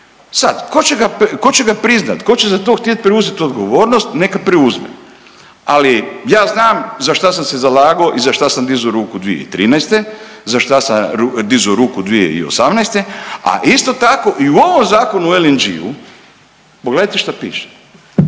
Sada tko će ga priznati? Tko će za to htjeti preuzeti odgovornost neka preuzme. Ali ja znam za što sam se zalagao i za što sam dizao ruku 2013., za što sam dizao ruku 2018. A isto tako i u ovom Zakonu o LNG-u pogledajte što piše.